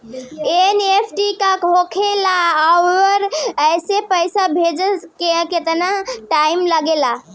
NEFT का होखे ला आउर एसे पैसा भेजे मे केतना टाइम लागेला?